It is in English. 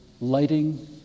lighting